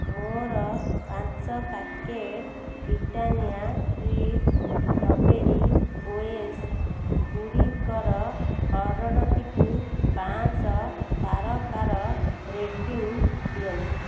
ମୋର ପାଞ୍ଚ packet Britannia treat strawberry ଓଏସ୍ଗୁଡ଼ିକର ଅର୍ଡ଼ର୍ଟିକୁ ପାଞ୍ଚ ତାରକାର ରେଟିଂ ଦିଅନ୍ତୁ